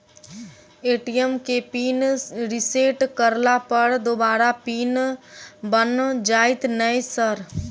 ATM केँ PIN reset करला पर दोबारा पिन बन जाइत नै सर?